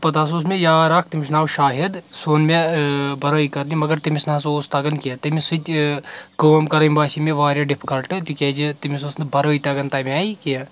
تہٕ پَتہٕ ہَسا اوس مےٚ یار اکھ تٔمس چھُ ناو شاہد سُہ اوٚن مےٚ برٲے کرنہِ مگر تٔمس نسا اوس تَگان کینہہ تٔمس سۭتۍ کٲم کرٕنۍ باسے مےٚ واریاہ ڈِفکلٹ تِکیازِ تٔمس أسۍ نہٕ برٲے تَگان تَمہِ آیہِ کینٛہہ